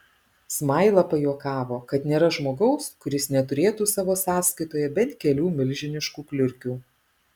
zmaila pajuokavo kad nėra žmogaus kuris neturėtų savo sąskaitoje bent kelių milžiniškų kliurkių